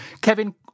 Kevin